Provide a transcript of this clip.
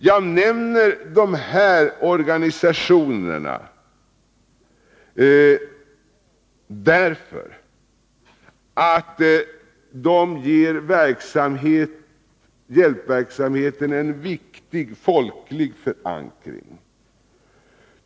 Jag nämner dessa organisationer därför att de ger hjälpverksamheten en viktig folklig förankring.